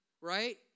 Right